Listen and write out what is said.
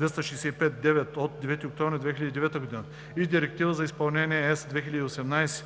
265/9 от 9 октомври 2009 г.) и Директива за изпълнение (ЕС) 2018/1581